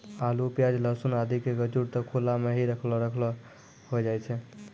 आलू, प्याज, लहसून आदि के गजूर त खुला मॅ हीं रखलो रखलो होय जाय छै